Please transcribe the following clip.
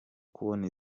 kubona